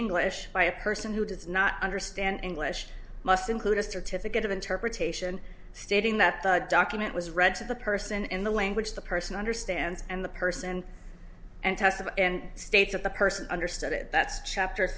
english by a person who does not understand english must include a certificate of interpretation stating that the document was read to the person in the language the person understands and the person and tested and states of the person understood it that's chapter